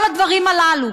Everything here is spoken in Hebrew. כל הדברים הללו.